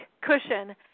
cushion